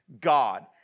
God